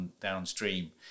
downstream